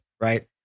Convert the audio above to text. right